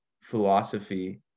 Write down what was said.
philosophy